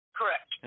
Correct